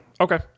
Okay